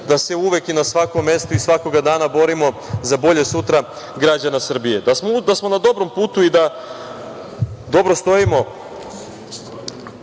da se uvek i na svakom mestu i svakoga dana borimo za bolje sutra građana Srbije. Da smo na dobrom putu i da dobro stojimo